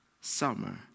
summer